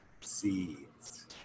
Seeds